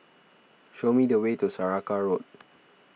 show me the way to Saraca Road